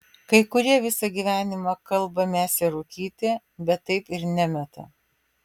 kai kurie visą gyvenimą kalba mesią rūkyti bet taip ir nemeta